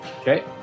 Okay